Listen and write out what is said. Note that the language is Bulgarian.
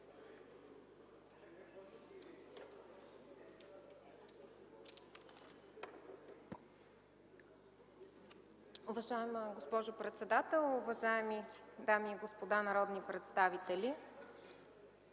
Благодаря, госпожо председател. Уважаеми дами и господа народни представители,